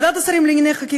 ועדת השרים לחקיקה,